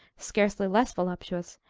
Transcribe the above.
scarcely less voluptuous,